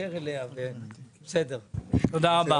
תודה רבה.